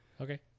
Okay